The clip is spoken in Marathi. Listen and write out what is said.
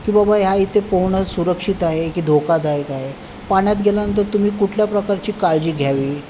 की बाबा ह्या इथे पोहणं सुरक्षित आहे की धोकादायक आहे पाण्यात गेल्यानंतर तुम्ही कुठल्या प्रकारची काळजी घ्यावी